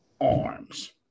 Arms